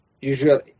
usually